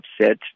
upset